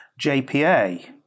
JPA